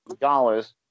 dollars